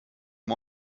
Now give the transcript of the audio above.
wir